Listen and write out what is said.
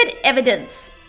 evidence